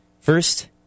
First